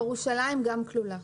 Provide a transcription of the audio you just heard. גם ירושלים כלולה.